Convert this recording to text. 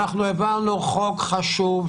אנחנו העברנו חוק חשוב,